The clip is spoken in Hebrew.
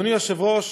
אדוני היושב-ראש,